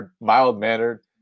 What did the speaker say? mild-mannered